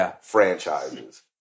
franchises